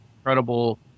incredible